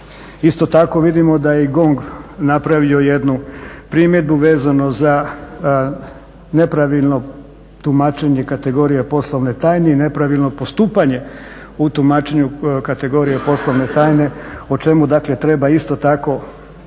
Isto tako vidimo da je i GONG napravio jednu primjedbu vezano za nepravilno tumačenje kategorija poslovne tajne i nepravilno postupanje u tumačenju kategorija poslovne tajne o čemu treba isto tako